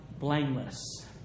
blameless